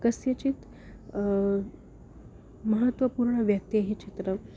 कस्यचित् महत्त्वपूर्णव्यक्तेः चित्रं